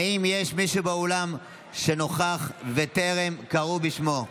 האם יש מישהו שנוכח וטרם קראו בשמו?